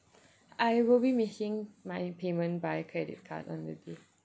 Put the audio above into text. I will be making my payment via credit card on the day